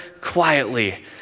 quietly